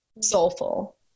soulful